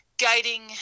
guiding